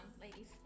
ladies